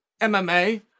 MMA